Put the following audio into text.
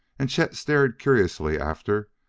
and chet stared curiously after,